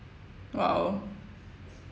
!wow!